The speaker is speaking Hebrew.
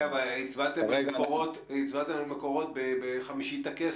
אבל הצבעתם על מקורות בחמישית הכסף.